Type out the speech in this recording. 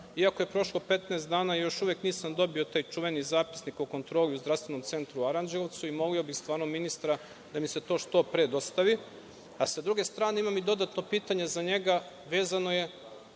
iako je prošlo 15 dana, još uvek nisam dobio taj čuveni zapisnik o kontroli u zdravstvenom centru u Aranđelovcu i molio bih stvarno ministra da mi se to što pre dostavi.S druge strane, imam i dodatno pitanje za njega, vezano je